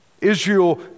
Israel